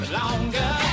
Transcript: longer